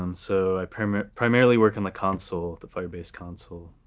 um so i primarily primarily work on the console, the firebase console.